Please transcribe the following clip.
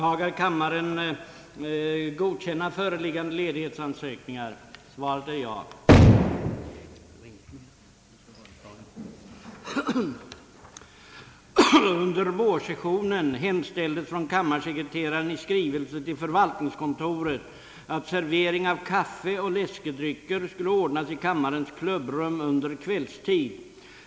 Under vårsessionen hemställdes från kammarsekreteraren i skrivelse till förvaltningskontoret att servering av kaffe och läskedrycker skulle ordnas i kammarens klubbrum under kvällstid.